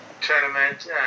tournament